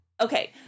okay